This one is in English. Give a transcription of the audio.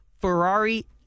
ferrari